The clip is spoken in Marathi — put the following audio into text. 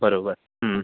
बरोबर